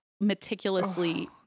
meticulously